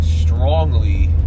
strongly